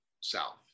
South